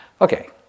Okay